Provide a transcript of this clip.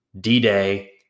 D-Day